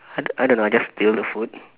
I I don't know I just steal the food